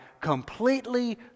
completely